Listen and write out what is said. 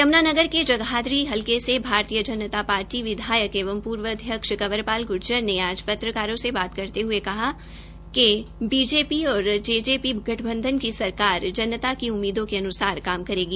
यम्नानगर के जगाधरी हलके से भाजपा विधायक एवं प्र्व अध्यक्ष कंवरपाल ग्र्जर ने आज पत्रकारों से बात करते हये कहा कि भाजपा जजपा गठबंधन की सरकार जनता की उम्मीदों के अन्सार काम करेगी